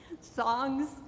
Songs